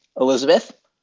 Elizabeth